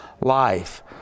life